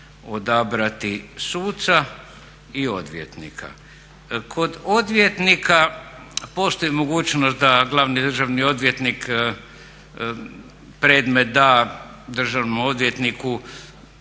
odabrati suca i odvjetnika. Kod odvjetnika postoji mogućnost da glavni državni odvjetnik predmet da državnom odvjetniku